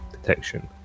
detection